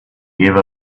gave